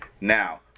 now